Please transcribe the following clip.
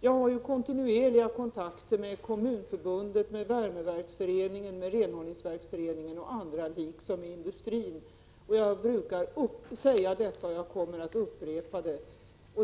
Jag har ju kontinuerliga kontakter med Kommunförbundet, med Värmeverksföreningen, med Renhållningsverksföreningen, m.fl. liksom med industrin, och jag brukar säga detta till dem. Jag kommer att upprepa det.